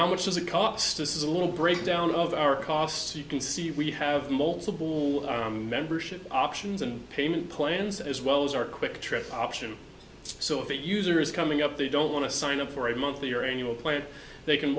how much does it cost this is a little breakdown of our cost so you can see we have multiple membership options and payment plans as well as our quick trip option so if that user is coming up they don't want to sign up for a monthly or annual plan they can